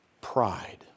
Pride